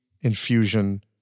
infusion